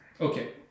Okay